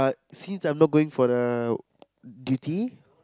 since I'm not going for the duty